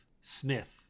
Smith